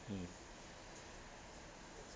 mm